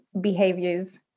behaviors